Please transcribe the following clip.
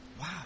Wow